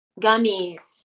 Gummies